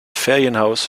ferienhaus